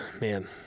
Man